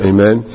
Amen